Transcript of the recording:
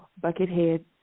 Buckethead